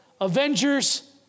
Avengers